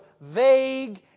vague